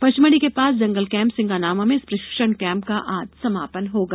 पचमढ़ी के पास जंगल कैंप सिंगानामां में इस प्रशिक्षण कैंप का आज समापन होगा